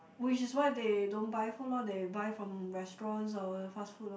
which is why they don't buy food lor they buy from restaurants or fast food lor